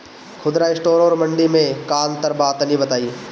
खुदरा स्टोर और मंडी में का अंतर बा तनी बताई?